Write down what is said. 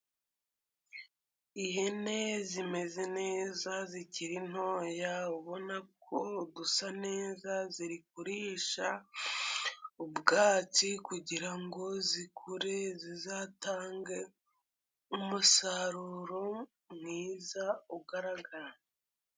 Ihene zimeze neza, zikiri ntoya, ubona ko zisa neza. Ziri kusha ubwatsi kugirango zikure, zizatange umusaruro mwiza ugaragara.